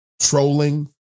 trolling